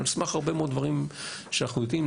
על סמך הרבה מאוד דברים שאנחנו יודעים,